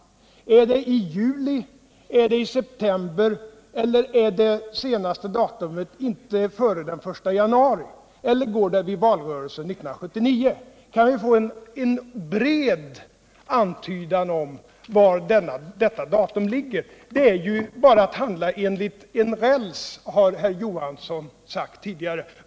Blir det i juli eller september — eller är det senaste datumet inte förrän den 1 januari? Eller ligger det vid valrörelsen 1979? Kan vi få en bred antydan om var detta datum ligger? Det är ju bara att gå fram längs en räls, har herr Johansson tidigare sagt.